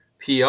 PR